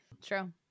True